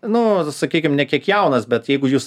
nu sakykim ne kiek jaunas bet jeigu jūs